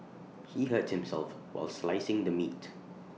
he hurt himself while slicing the meat